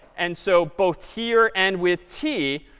and so both here and with t,